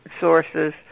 sources